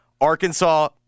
Arkansas